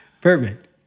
Perfect